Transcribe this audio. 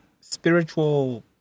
spiritual